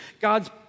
God's